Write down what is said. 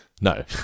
No